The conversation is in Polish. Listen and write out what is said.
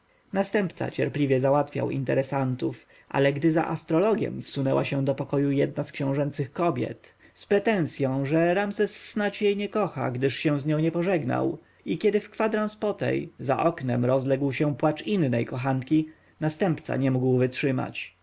następca cierpliwie załatwiał interesantów ale gdy za astrologiem wsunęła się do pokoju jedna z książęcych kobiet z pretensją że ramzes snadź jej nie kocha gdyż się z nią nie pożegnał i kiedy w kwadrans po tej za oknem rozległ się płacz innej kochanki następca już nie mógł wytrzymać